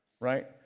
Right